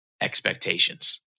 expectations